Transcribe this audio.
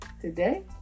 today